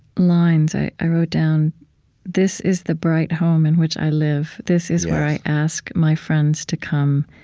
lines i i wrote down this is the bright home in which i live, this is where i ask my friends to come,